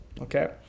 Okay